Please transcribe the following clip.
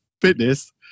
fitness